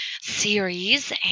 series